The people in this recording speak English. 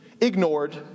ignored